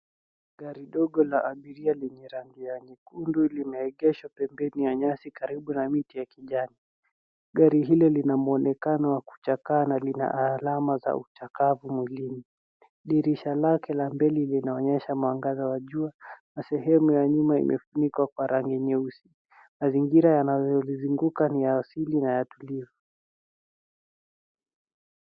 Gari dogo la abiria lenye rangi ya nyekundu linaegeshwa pembeni ya nyasi karibu na miti ya kijani. Gari hili lina mwonekano wa kuchakaa na lina alama za uchakavu mwilini. Dirisha lake la mbele linaonyesha mwangaza wa jua na sehemu ya nyuma imefunikwa kwa rangi nyeusi. Mazingira yanayolizunguka ni ya asili na utulivu.